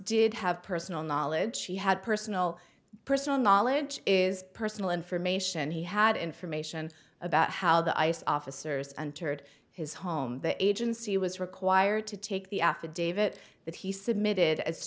did have personal knowledge she had personal personal knowledge is personal information he had information about how the ice officers and toured his home the agency was required to take the affidavit that he submitted as